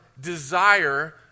desire